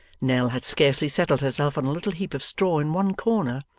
nell had scarcely settled herself on a little heap of straw in one corner,